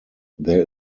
there